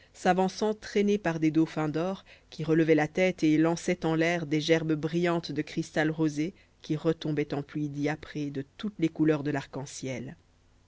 s'avançant traînée par des dauphins d'or qui relevaient la tête et lançaient en l'air des gerbes brillantes de cristal rosé qui retombaient en pluie diaprée de toutes les couleurs de l'arc-en-ciel